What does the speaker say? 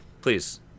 please